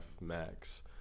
max